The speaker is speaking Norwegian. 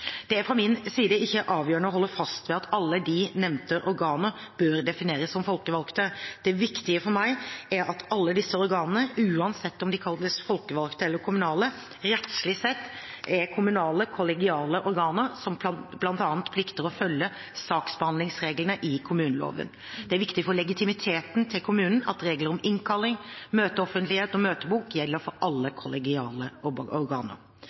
Det er fra min side ikke avgjørende å holde fast ved at alle de nevnte organer bør defineres som folkevalgte, det viktige for meg er at alle disse organene, uansett om de kalles folkevalgte eller kommunale, rettslig sett er kommunale, kollegiale organer som bl.a. plikter å følge saksbehandlingsreglene i kommuneloven. Det er viktig for legitimiteten til kommunen at regler om innkalling, møteoffentlighet og møtebok gjelder for alle kollegiale organer.